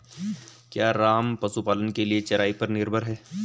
क्या राम पशुपालन के लिए चराई पर निर्भर है?